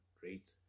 great